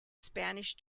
spanish